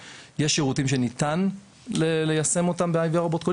שירותים שניתן ליישם אותם ב-IVR ובוט קולי,